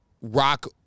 Rock